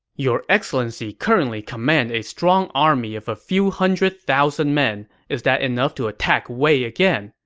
your excellency currently commands a strong army of a few hundred thousand men. is that enough to attack wei again?